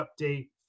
update